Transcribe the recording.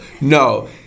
no